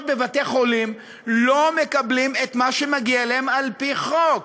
בבתי-חולים לא מקבלים את מה שמגיע להם על-פי חוק.